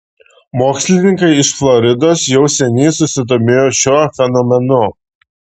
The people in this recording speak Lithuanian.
mokslininkai iš floridos jau seniai susidomėjo šiuo fenomenu